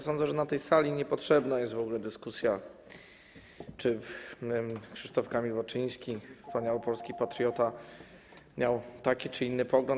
Sądzę, że na tej sali niepotrzebna jest w ogóle dyskusja, czy Krzysztof Kamil Baczyński, wspaniały polski patriota, miał taki czy inny pogląd.